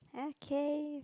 okay